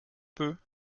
peu